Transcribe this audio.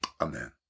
Amen